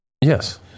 yes